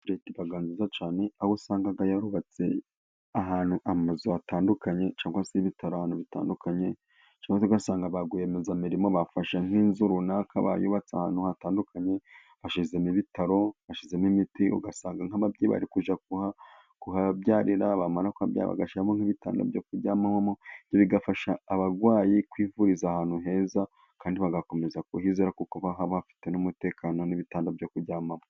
Leta iba nziza cyane, aho usanga yarubatse ahantu amazu hatandukanye cyangwa se ibitaro ahantu bitandukanye. Cyangwa se ugasanga ba rwiyemezamirimo bafashe nk’inzu runaka, bayubatse ahantu hatandukanye, bashyizemo ibitaro, bashyizemo imiti. Ugasanga nk’ababyeyi bari kujya kuhabyarira, bamara kuhabyarira bagashyiramo nk’ibitanda byo kuryamamo. Ibyo bigafasha abarwayi kwivuriza ahantu heza kandi bagakomeza kuhizera, kuko haba hafite n’umutekano n’ibitanda byo kuryamamo.